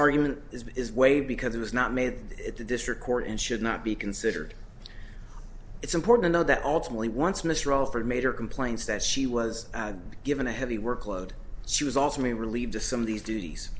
argument is way because it was not made at the district court and should not be considered it's important to know that ultimately once mr all for major complains that she was given a heavy workload she was also me relieved to some of these duties